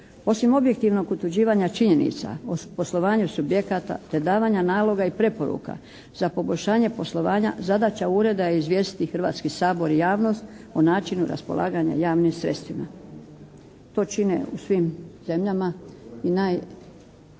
Osim objektivnog utvrđivanja činjenica o poslovanju subjekata, te davanja naloga i preporuka za poboljšanje poslovanja zadaća ureda je izvijestiti Hrvatski sabor i javnost o načinu raspolaganja javnim sredstvima. To čine u svim zemljama i najveće